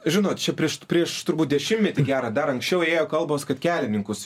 žinot čia prieš prieš turbūt dešimtmetį gerą dar anksčiau ėjo kalbos kad kelininkus